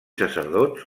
sacerdots